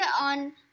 on